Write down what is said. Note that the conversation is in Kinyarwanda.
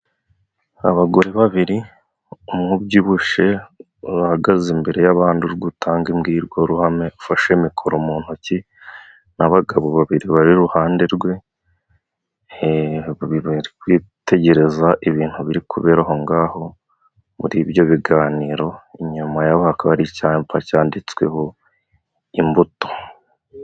Abagore babiri, umwe ubyibushe, uhagaze imbere y'abandi uri gutanga imbwirwa ruhame, ufashe mikoro mu ntoki n'abagabo babiri bari iruhande rwe, bari kwitegereza ibintu biri kubera aho ng'aho muri ibyo biganiro, inyuma ye hakaba hari icapa canditsweho imbuto.